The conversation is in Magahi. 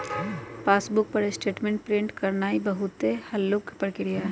पासबुक पर स्टेटमेंट प्रिंट करानाइ बहुते हल्लुक प्रक्रिया हइ